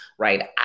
right